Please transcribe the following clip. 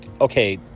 okay